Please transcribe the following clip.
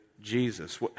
Jesus